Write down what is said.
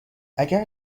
اگر